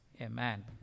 Amen